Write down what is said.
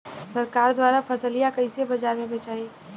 सरकार द्वारा फसलिया कईसे बाजार में बेचाई?